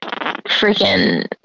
freaking